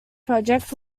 project